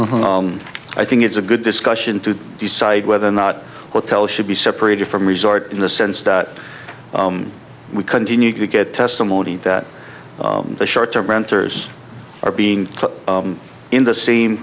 i think it's a good discussion to decide whether or not hotels should be separated from resort in the sense that we continue to get testimony that the short term renters are being in the same